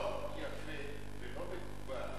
לא יפה ולא מקובל,